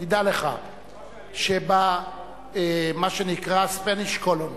תדע לך שבמה שנקרא Spanish colony,